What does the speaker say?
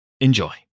Enjoy